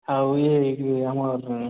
ଆଉ ଇଏ ଇଏ ଆମର୍